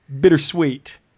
bittersweet